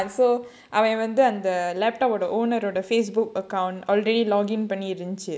ah so அவன் வந்து அந்த:avan vandhu andha laptop ஓட:oda owner ஓட:oda Facebook account already login பண்ணி இருந்துச்சு:panni irunthuchu